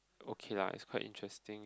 okay lah it's quite interesting